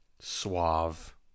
suave